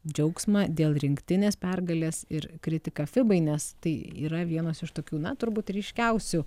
džiaugsmą dėl rinktinės pergalės ir kritiką fibai nes tai yra vienas iš tokių na turbūt ryškiausių